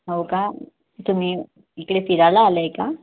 हो का तुम्ही इकडे फिरायला आला आहे का